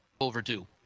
overdue